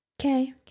Okay